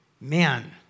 man